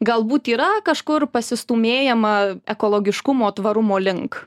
galbūt yra kažkur pasistūmėjama ekologiškumo tvarumo link